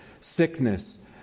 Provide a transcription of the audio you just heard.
sickness